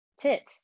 tits